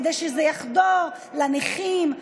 כדי שזה יחזור לנכים,